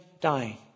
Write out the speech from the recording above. Dying